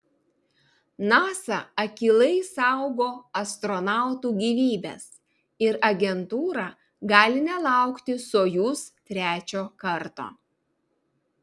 nasa akylai saugo astronautų gyvybes ir agentūra gali nelaukti sojuz trečio karto